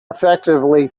effectively